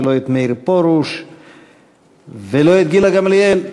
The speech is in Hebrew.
ולא את מאיר פרוש ולא את גילה גמליאל.